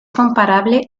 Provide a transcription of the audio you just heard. comparable